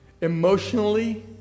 emotionally